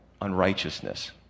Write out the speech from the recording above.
unrighteousness